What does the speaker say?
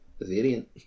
variant